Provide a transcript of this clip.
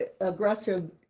aggressive